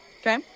Okay